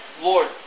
Lord